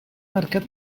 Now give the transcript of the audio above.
marcar